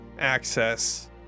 access